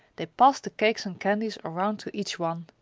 they passed the cakes and candies around to each one.